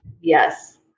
Yes